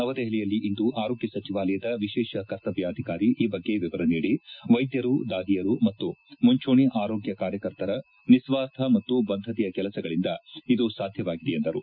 ನವದೆಹಲಿಯಲ್ಲಿಂದು ಆರೋಗ್ಯ ಸಚಿವಾಲಯದ ವಿಶೇಷ ಕರ್ತವ್ಕಾಧಿಕಾರಿ ಈ ಬಗ್ಗೆ ವಿವರ ನೀಡಿ ವೈದ್ಯರು ದಾದಿಯರು ಮತ್ತು ಮುಂಚೂಣಿ ಆರೋಗ್ಯ ಕಾರ್ಯಕರ್ತರ ನಿಸ್ವಾರ್ಥ ಮತ್ತು ಬದ್ಧತೆಯ ಕೆಲಸಗಳಿಂದಾಗಿ ಇದು ಸಾಧ್ಯವಾಗಿದೆ ಎಂದು ಹೇಳಿದರು